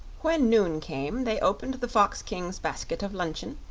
when noon came they opened the fox-king's basket of luncheon,